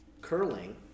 Curling